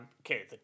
okay